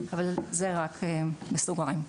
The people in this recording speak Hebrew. אבל זה רק בסוגרים.